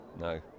no